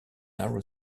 narrow